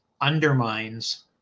undermines